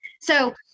So-